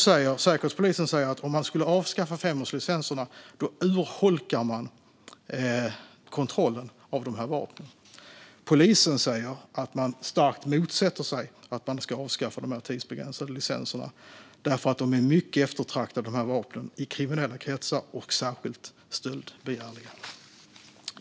Säkerhetspolisen säger att om man skulle avskaffa femårslicenserna urholkas kontrollen av dessa vapen. Polisen säger att man starkt motsätter sig ett avskaffande av de tidsbegränsade licenserna därför att dessa vapen är mycket eftertraktade i kriminella kretsar och särskilt stöldbegärliga.